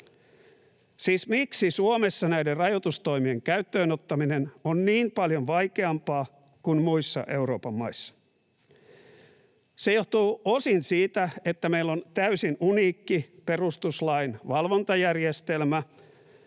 miksi Suomessa näiden rajoitustoimien käyttöön ottaminen on niin paljon vaikeampaa kuin muissa Euroopan maissa? Se johtuu osin siitä, että meillä on täysin uniikki perustuslain valvontajärjestelmä